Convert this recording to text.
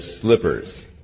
slippers